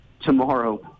tomorrow